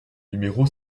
numéro